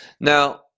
Now